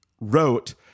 wrote